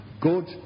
good